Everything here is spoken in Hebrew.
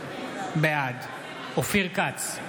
בעד אופיר כץ,